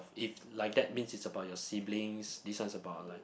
if like that means it's about your siblings this one is about like